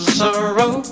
sorrow